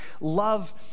love